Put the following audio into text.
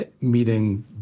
meeting